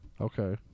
Okay